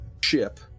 ship